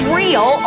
real